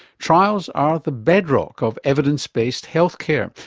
trials are the bedrock of evidence based healthcare,